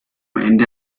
ende